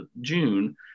June